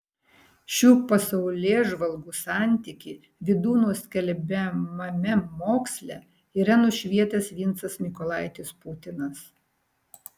šių pasaulėžvalgų santykį vydūno skelbiamame moksle yra nušvietęs vincas mykolaitis putinas